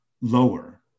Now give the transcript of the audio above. lower